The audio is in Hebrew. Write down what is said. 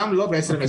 גם לא ב-2022.